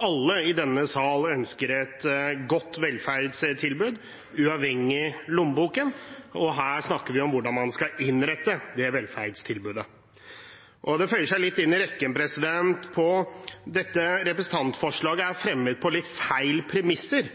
Alle i denne sal ønsker et godt velferdstilbud, uavhengig av lommeboken, og her snakker vi om hvordan man skal innrette det velferdstilbudet. Det føyer seg inn i en rekke, for dette representantforslaget er fremmet